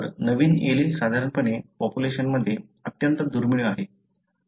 तर नवीन एलील साधारणपणे पॉप्युलेशनमध्ये अत्यंत दुर्मिळ आहे